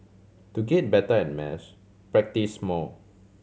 to get better at maths practise more